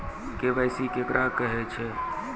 KYC केकरा कहैत छै?